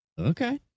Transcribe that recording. Okay